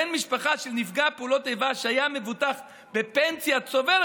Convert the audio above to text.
בן משפחה של נפגע פעולות איבה שהיה מבוטח בפנסיה צוברת,